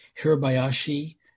Hirabayashi